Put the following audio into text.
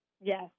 Yes